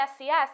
SCS